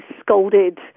scolded